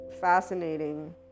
fascinating